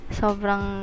sobrang